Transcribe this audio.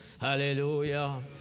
Hallelujah